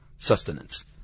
sustenance